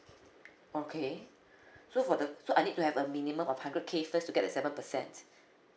okay so for the so I need to have a minimum of hundred K first to get the seven percent